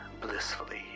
blissfully